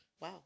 Wow